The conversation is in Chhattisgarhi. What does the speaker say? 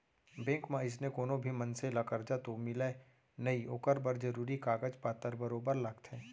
बेंक म अइसने कोनो भी मनसे ल करजा तो मिलय नई ओकर बर जरूरी कागज पातर बरोबर लागथे